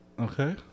okay